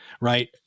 right